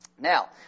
Now